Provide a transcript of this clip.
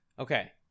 Okay